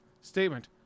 Statement